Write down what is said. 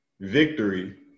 victory